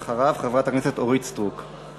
אחריו, חברת הכנסת אורית סטרוק.